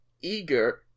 eager